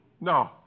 No